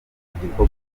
urubyiruko